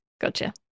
Gotcha